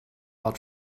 while